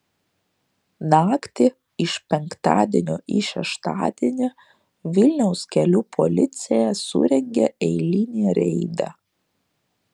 naktį iš penktadienio į šeštadienį vilniaus kelių policija surengė eilinį reidą